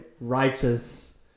righteous